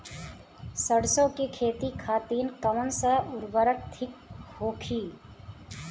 सरसो के खेती खातीन कवन सा उर्वरक थिक होखी?